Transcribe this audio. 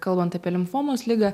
kalbant apie limfomos ligą